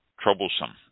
troublesome